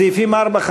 סעיפים 4,